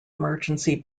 emergency